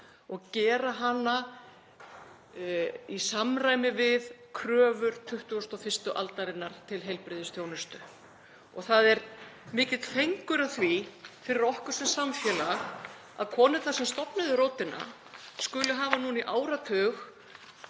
og gera hana í samræmi við kröfur 21. aldarinnar til heilbrigðisþjónustu. Það er mikill fengur að því fyrir okkur sem samfélag að konurnar sem stofnuðu Rótina skuli hafa núna í áratug